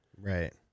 right